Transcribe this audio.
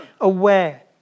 aware